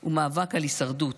הוא מאבק על הישרדות.